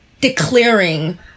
declaring